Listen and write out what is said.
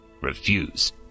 refuse